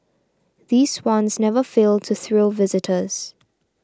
these swans never fail to thrill visitors